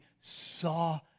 saw